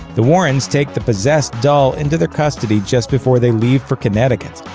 the warrens take the possessed doll into their custody just before they leave for connecticut.